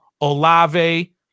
Olave